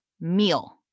meal